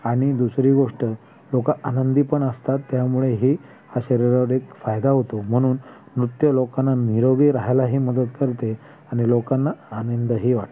आणि दुसरी गोष्ट लोकं आनंदीपण असतात त्यामुळेही हा शरीराला एक फायदा होतो म्हणून नृत्य लोकांना निरोगी राहायलाही मदत करते आणि लोकांना आनंदही वाटते